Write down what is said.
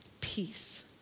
Peace